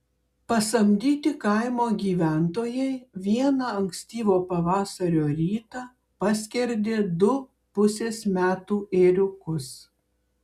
pasamdyti kaimo gyventojai vieną ankstyvo pavasario rytą paskerdė du pusės metų ėriukus